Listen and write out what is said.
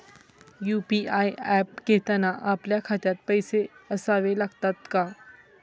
UPI app घेताना आपल्या खात्यात पैसे असावे लागतात का?